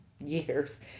years